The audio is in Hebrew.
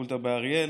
הפקולטה באריאל.